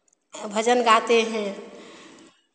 भजन गाते हैं